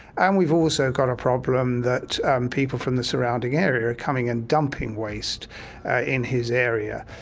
and we've also got a problem that people from the surrounding area are coming and dumping waste in his area.